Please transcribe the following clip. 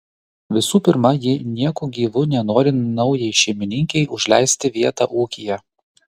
visų pirma ji nieku gyvu nenori naujai šeimininkei užleisti vietą ūkyje